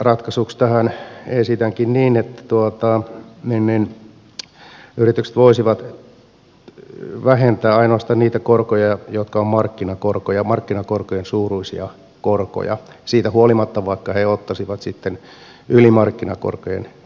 ratkaisuksi tähän esitänkin sitä että yritykset voisivat vähentää ainoastaan niitä korkoja jotka ovat markkinakorkoja ja markkinakorkojen suuruisia korkoja siitä huolimatta vaikka ne ottaisivat sitten yli markkinakorkojen olevia lainoja